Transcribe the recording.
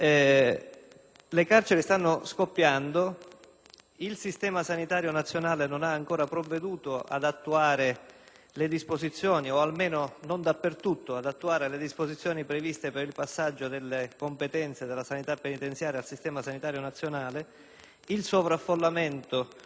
il Sistema sanitario nazionale non ha ancora provveduto - o almeno non dappertutto - ad attuare le disposizioni previste per il passaggio delle competenze della sanità penitenziaria al Sistema sanitario nazionale, il sovraffollamento delle carceri medesime